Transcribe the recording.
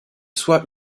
soit